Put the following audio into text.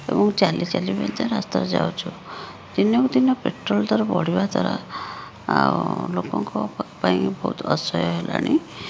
ଏବଂ ଚାଲି ଚାଲି ମଧ୍ୟ ରାସ୍ତାରେ ଯାଉଛୁ ଦିନକୁ ଦିନ ପେଟ୍ରୋଲ ଦର ବଢ଼ିବା ଦ୍ୱାରା ଆଉ ଲୋକଙ୍କ ପାଇଁ ବହୁତ ଅସହ୍ୟ ହେଲାଣି